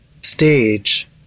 stage